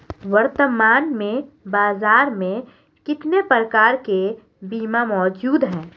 वर्तमान में बाज़ार में कितने प्रकार के बीमा मौजूद हैं?